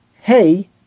hey